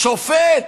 שופט,